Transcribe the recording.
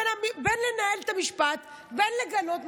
בין לנהל את המשפט ובין לגנות,